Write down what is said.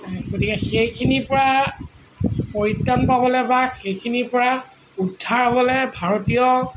গতিকে সেইখিনিৰ পৰা পৰিত্ৰান পাবলৈ বা সেইখিনিৰ পৰা উদ্ধাৰ হ'বলৈ ভাৰতীয়